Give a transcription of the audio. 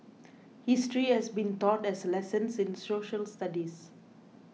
history has been taught as 'lessons' in social studies